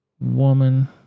woman